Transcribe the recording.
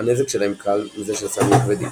והנזק שלהם קל מזה של סמים כבדים.